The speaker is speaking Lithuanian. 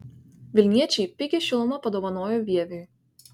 vilniečiai pigią šilumą padovanojo vieviui